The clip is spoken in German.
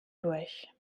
durch